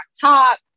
top